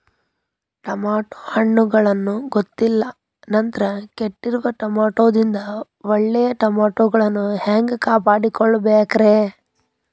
Tomato ಹಣ್ಣುಗಳನ್ನ ಗೊತ್ತಿಲ್ಲ ನಂತರ ಕೆಟ್ಟಿರುವ ಟಮಾಟೊದಿಂದ ಒಳ್ಳೆಯ ಟಮಾಟೊಗಳನ್ನು ಹ್ಯಾಂಗ ಕಾಪಾಡಿಕೊಳ್ಳಬೇಕರೇ?